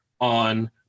on